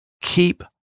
Keep